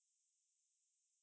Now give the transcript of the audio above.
everyone has to play a part lah